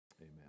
amen